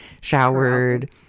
showered